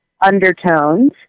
undertones